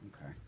Okay